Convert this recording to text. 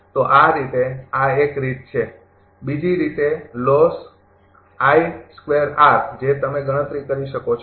તો આ રીતે આ એક રીત છે બીજી રીતે લોસ જે તમે ગણતરી કરી શકો છો